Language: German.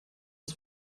das